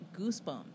goosebumps